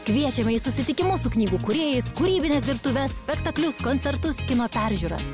kviečiame į susitikimus su knygų kūrėjais kūrybines dirbtuves spektaklius koncertus kino peržiūras